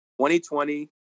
2020